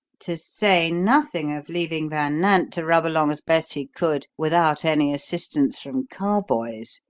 to say nothing of leaving van nant to rub along as best he could without any assistance from carboys,